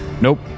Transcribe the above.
Nope